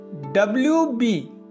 WB